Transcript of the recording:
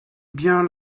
bien